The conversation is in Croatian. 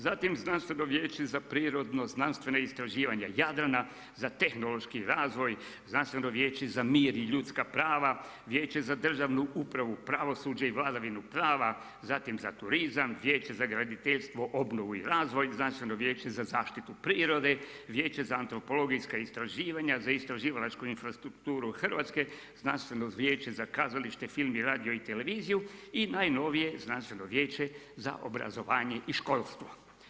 Zatim Znanstveno vijeće za prirodno-znanstvena istraživanja Jadrana, za tehnološki razvoj, Znanstveno vijeće za mir i ljudska prava, Vijeće za državnu upravu i pravosuđe i vladavinu prava, zatim za turizam, Vijeće za graditeljstvo, obnovu i razvoj, Znanstveno vijeće za zaštitu prirode, Vijeće za antropologijska istraživanja, za istraživalačku infrastrukturu Hrvatske, Znanstveno vijeće za kazalište, film i radio i televiziju i najnovije Znanstveno vijeće za obrazovanje i školstvo.